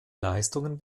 leistungen